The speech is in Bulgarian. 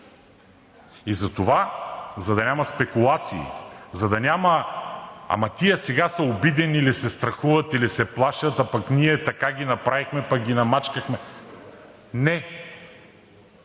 И затова, за да няма спекулации, за да няма: ама тия сега са обидени, или се страхуват, или се плашат, а пък ние така ги направихме, пък ги намачкахме… Не!